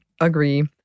Agree